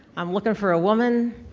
i'm looking for a woman.